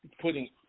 putting